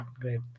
great